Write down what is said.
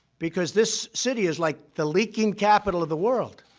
because this city is like the leaking capital of the world.